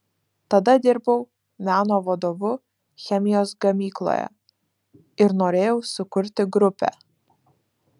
tada dirbau meno vadovu chemijos gamykloje ir norėjau sukurti grupę